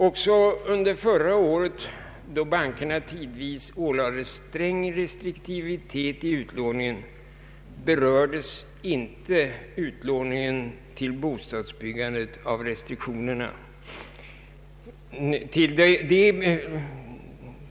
Inte heller förra året, då bankerna tidvis ålades sträng restriktivitet i utlåningen, berördes utlåningen till bostads byggandet av restriktionerna.